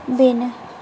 बेनो